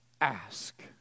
ask